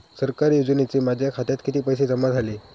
सरकारी योजनेचे माझ्या खात्यात किती पैसे जमा झाले?